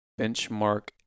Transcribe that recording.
benchmark